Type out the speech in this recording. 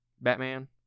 Batman